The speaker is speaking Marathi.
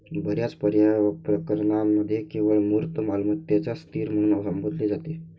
बर्याच प्रकरणांमध्ये केवळ मूर्त मालमत्तेलाच स्थिर म्हणून संबोधले जाते